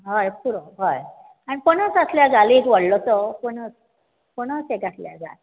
हय पुरो हय आनी पणस आसल्यार घाल एक व्हडलो सो पणस एक आसल्यार घाल